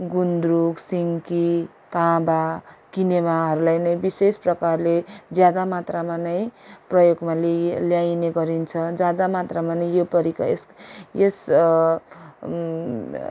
गुन्द्रुक सिन्की तामा किनामाहरूलाई नै विशेष प्रकारले ज्यादा मात्रामा नै प्रयोगमा ल्याइ ल्याइने गरिन्छ ज्यादा मात्रामा नै यो परिकार यस यस